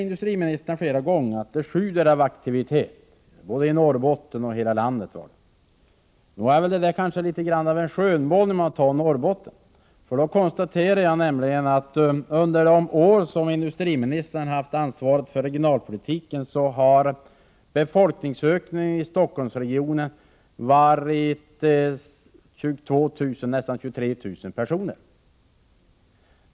Industriministern säger flera gånger att det sjuder av aktivitet både i Norrbotten och i hela landet. Detta är kanske litet av en skönmålning för Norrbottens del. Jag konstaterar att under de år som industriministern har haft ansvaret för regionalpolitiken har befolkningsökningen i Stockholmsregionen uppgått till nästan 23 000 personer.